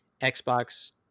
xbox